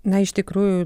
na iš tikrųjų